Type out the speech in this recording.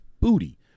booty